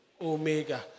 Omega